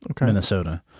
Minnesota